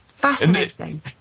fascinating